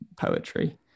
poetry